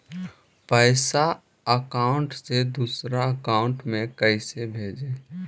पैसा अकाउंट से दूसरा अकाउंट में कैसे भेजे?